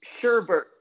Sherbert